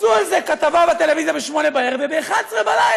עשו על זה כתבה בטלוויזיה ב-20:00 וב-23:00